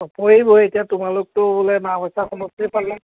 নপৰিবই এতিয়া তোমালোকতো বোলে নাওবৈচা সমষ্টি পালা